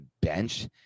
bench